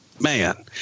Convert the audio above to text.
man